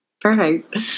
Perfect